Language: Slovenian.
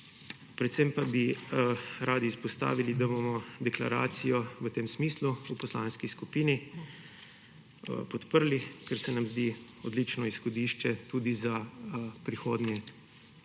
Predvsem bi radi izpostavili, da bomo deklaracijo v tem smislu v poslanski skupini podprli, ker se nam zdi odlično izhodišče tudi za prihodnje